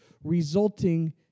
resulting